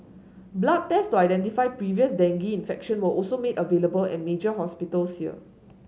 blood test to identify previous dengue infection were also made available at major hospitals here